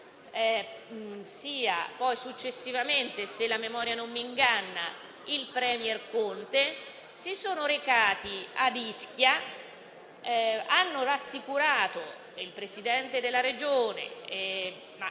sia successivamente - se la memoria non mi inganna - il *premier* Conte si sono recati a Ischia e hanno rassicurato il Presidente della Regione e